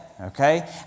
Okay